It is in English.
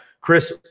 Chris